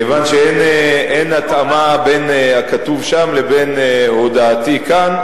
כיוון שאין התאמה בין הכתוב שם לבין הודעתי כאן,